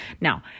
Now